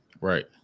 Right